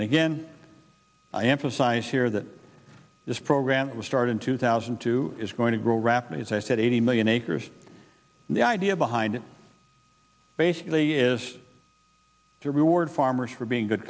and again i emphasize here that this program will start in two thousand and two is going to grow rapidly as i said eighty million acres the idea behind it basically is to reward farmers for being good